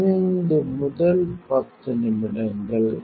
15 முதல் 10 நிமிடங்கள் 2345